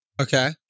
Okay